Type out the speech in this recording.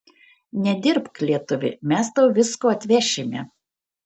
nedirbk lietuvi mes tau visko atvešime